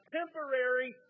temporary